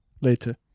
later